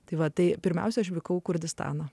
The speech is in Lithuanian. tai va tai pirmiausia aš vykau kurdistaną